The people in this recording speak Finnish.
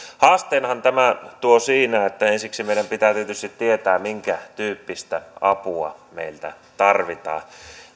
haasteenhan tämä tuo siinä että ensiksi meidän pitää tietysti tietää minkä tyyppistä apua meiltä tarvitaan